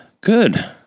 good